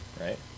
right